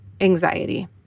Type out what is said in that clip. anxiety